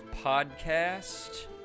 podcast